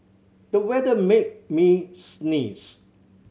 the weather made me sneeze